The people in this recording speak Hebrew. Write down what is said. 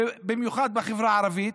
ובמיוחד בחברה הערבית,